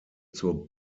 zur